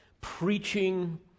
preaching